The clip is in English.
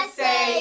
say